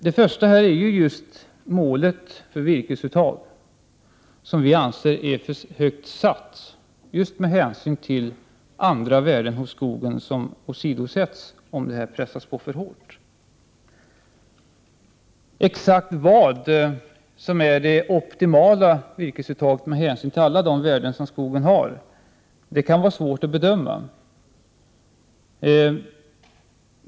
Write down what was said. Den första reservationen handlar om målet för virkesuttag, som vi anser är satt för högt. Andra värden hos skogen åsidosätts om virkesuttaget pressas på för hårt. Exakt vad som är det optimala virkesuttaget med hänsyn till alla de värden som finns hos skogen kan vara svårt att bedöma.